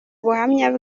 buhamya